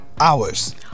hours